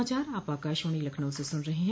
यह समाचार आप आकाशवाणी लखनऊ से सुन रहे हैं